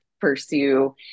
pursue